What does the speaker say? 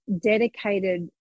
dedicated